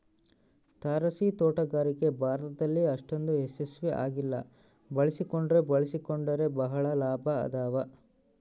ತಾರಸಿತೋಟಗಾರಿಕೆ ಭಾರತದಲ್ಲಿ ಅಷ್ಟೊಂದು ಯಶಸ್ವಿ ಆಗಿಲ್ಲ ಬಳಸಿಕೊಂಡ್ರೆ ಬಳಸಿಕೊಂಡರೆ ಬಹಳ ಲಾಭ ಅದಾವ